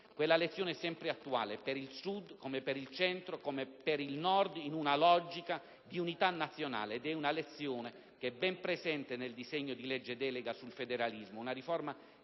Quella lezione è sempre attuale, per il Sud, come per il Centro, come per il Nord, in una logica di unità nazionale ed è una lezione che è ben presente nel disegno di legge delega sul federalismo